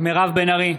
מירב בן ארי,